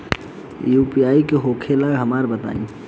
UPI का होखेला हमका बताई?